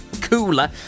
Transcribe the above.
cooler